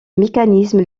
mécanisme